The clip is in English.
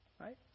Right